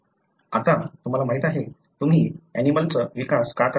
आता तुम्हाला माहिती आहे तुम्ही ऍनिमलंचा विकास का करावा